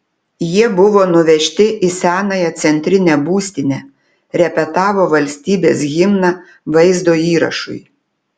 jie buvo nuvežti į senąją centrinę būstinę repetavo valstybės himną vaizdo įrašui